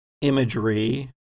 imagery